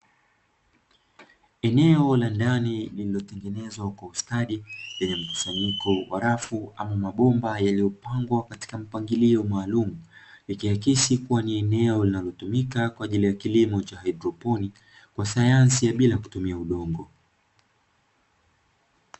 Eneo la ndani lililotengenezwa kwa ustadi lenye mkusanyiko wa rafu ama mabomba yaliyopangwa katika mpangilio maalumu, ikiakisi kuwa ni eneo linalotumika kwaajili ya kilimo cha haidroponi kwa sayansi ya bila kutumia udongo.